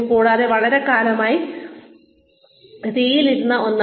കൂടാതെ അത് വളരെക്കാലമായി തീയിലിരിക്കുന്ന ഒന്നാണ്